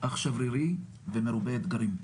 אך שברירי ומרובה אתגרים.